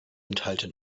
enthalten